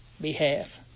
behalf